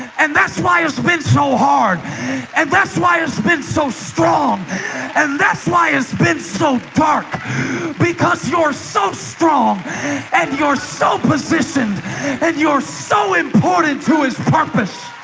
and that's why it's been so hard and that's why it's been so strong and that's why it's been so dark because you're so strong and you're so positioned you're so important to his purpose